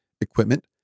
equipment